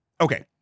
okay